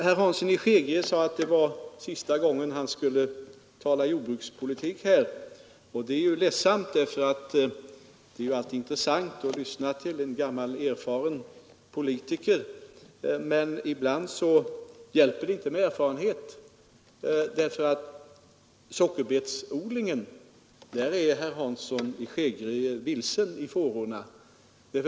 Herr Hansson i Skegrie sade att det var sista gången han skulle tala jordbrukspolitik här, och det är ledsamt, eftersom det alltid är intressant att lyssna till en gammal, erfaren politiker. Men ibland hjälper det inte med erfarenhet. När det gäller sockerbetsodlingen är herr Hansson i Skegrie nämligen vilsen i fårorna.